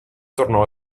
tornò